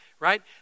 Right